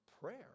prayer